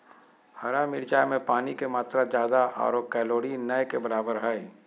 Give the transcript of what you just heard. हरा मिरचाय में पानी के मात्रा ज्यादा आरो कैलोरी नय के बराबर हइ